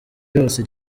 cyose